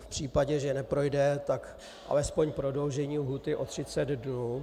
V případě, že neprojde, tak alespoň prodloužení lhůty o 30 dnů.